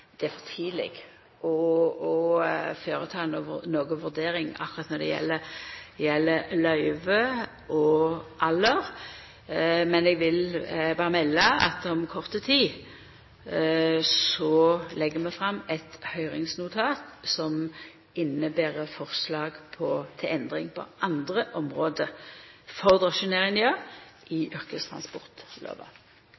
å gjera noko vurdering akkurat når det gjeld løyve og alder. Men eg vil berre melda at om kort tid legg vi fram eit høyringsnotat som inneber forslag til endring på andre område for drosjenæringa i